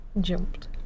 jumped